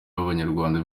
b’abanyarwanda